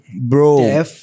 Bro